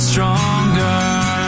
Stronger